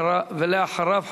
ואחריו,